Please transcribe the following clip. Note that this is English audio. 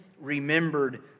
remembered